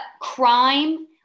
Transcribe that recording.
Crime